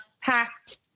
packed